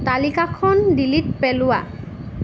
তালিকাখন ডিলিট পেলোৱা